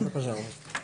(דבריו מתורגמים סימולטנית מרוסית)